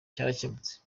cyarakemutse